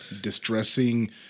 Distressing